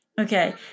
Okay